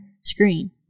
screen